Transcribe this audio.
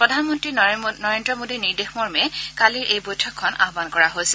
প্ৰধানমন্ত্ৰী নৰেন্দ্ৰ মোদীৰ নিৰ্দেশ মৰ্মে কালিৰ বৈঠকখন আহান কৰা হৈছে